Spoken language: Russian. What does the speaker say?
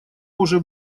уже